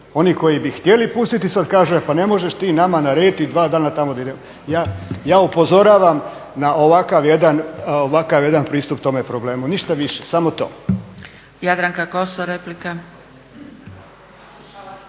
Oni koji bi htjeli pustiti sada kaže pa ne možeš ti nama narediti dva dana tamo da idemo. Ja upozoravam na ovakav jedan pristup tome problemu, ništa više, samo to.